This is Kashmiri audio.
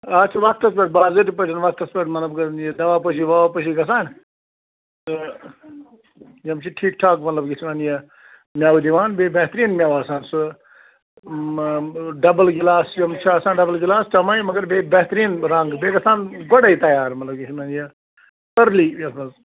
اَتھ چھِ وقتس پٮ۪ٹھ باضٲبطہٕ پٲٹھٮ۪ن وَقتس پٮ۪ٹھ مطلب کَران یہِ دَوا پٲشی وَوا پٲشی گَژھان تہٕ یِم چھِ ٹھیٖک ٹھاک مطلب گَژھان یہِ مٮ۪وٕ دِوان بیٚیہِ بہتریٖن مٮ۪وٕ آسان سُہ ڈبُل گِلاس چھِ یِم چھِ آسان ڈَبُل گِلاس تَمے مگر بیٚیہِ بہتریٖن رنٛگ بیٚیہِ گَژھان گۄڈے تیار مطلب یَتھ منٛز یہِ أرلی یَتھ منٛز